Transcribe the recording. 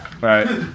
Right